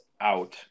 out